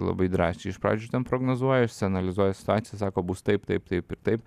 labai drąsiai iš pradžių ten prognozuoja išsianalizuoja situaciją sako bus taip taip taip ir taip